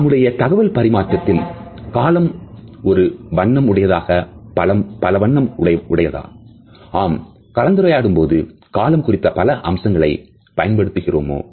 நம்முடைய தகவல் பரிமாற்றத்தில் காலம் ஒரு வண்ணம் உடையதாக பல வண்ணம் உடையதா ஆம் கலந்துரையாடும் போது காலம் குறித்தபல அம்சங்களை பயன்படுத்துகிறோமா